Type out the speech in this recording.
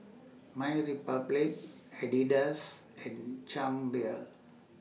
MyRepublic Adidas and Chang Beer